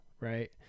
right